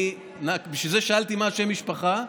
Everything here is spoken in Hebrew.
בשביל זה שאלתי מה שם המשפחה.